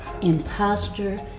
Imposter